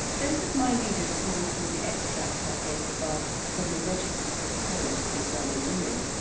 those of my readers who recall the extracts i gave above from the legislative code concerning women,